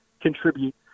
contribute